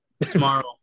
tomorrow